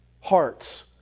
hearts